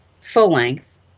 full-length